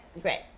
Great